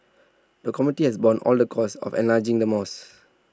the comity has borne all the costs of enlarging the moss